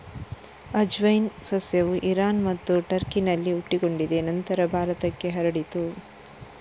ಅಜ್ವೈನ್ ಸಸ್ಯವು ಇರಾನ್ ಮತ್ತು ಟರ್ಕಿನಲ್ಲಿ ಹುಟ್ಟಿಕೊಂಡಿದೆ ನಂತರ ಭಾರತಕ್ಕೆ ಹರಡಿತು